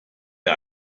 der